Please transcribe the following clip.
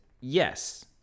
yes